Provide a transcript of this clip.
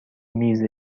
میز